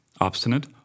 Obstinate